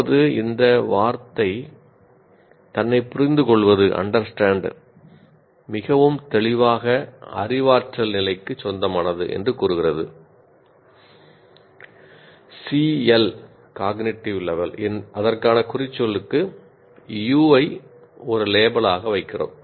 இப்போது இந்த வார்த்தை தன்னைப் புரிந்துகொள்வது அதற்கான குறிச்சொல்லுக்கு U ஐ ஒரு லேபிளாக வைக்கிறோம்